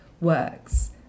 works